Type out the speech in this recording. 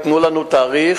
תנו לנו תאריך